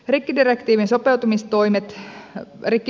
rikkidirektiivin sopeutumistoimista